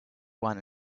one